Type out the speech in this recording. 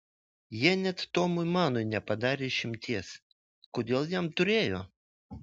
jie net tomui manui nepadarė išimties kodėl jam turėjo